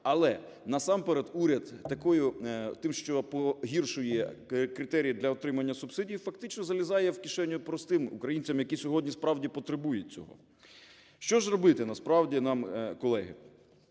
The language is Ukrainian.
але насамперед уряд тим, що погіршує критерії для отримання субсидій, фактично залізає в кишеню простим українцям, які сьогодні справді потребують цього. Що ж робити насправді нам, колеги?